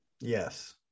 Yes